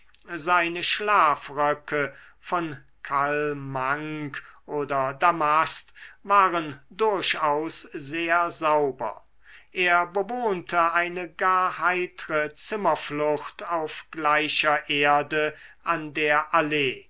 seine schlafröcke von kalmank oder damast waren durchaus sehr sauber er bewohnte eine gar heitre zimmerflucht auf gleicher erde an der allee